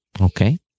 Okay